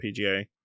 PGA